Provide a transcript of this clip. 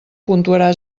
puntuarà